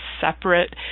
separate